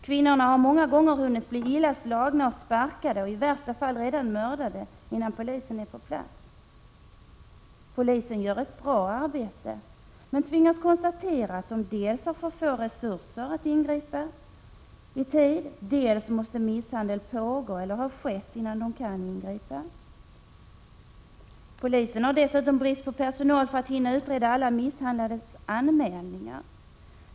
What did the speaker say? Kvinnorna har ofta hunnit bli illa slagna och sparkade, i värsta fall redan mördade, innan polis är på plats. Polisen gör ett bra arbete, men tvingas konstatera dels att den har för små resurser att ingripa i tid, dels att misshandel måste pågå eller ha skett innan den kan ingripa. Polisen har dessutom brist på personal för att hinna utreda alla misshandlades anmälningar.